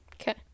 Okay